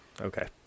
Okay